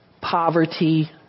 poverty